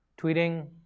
tweeting